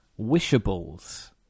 Wishables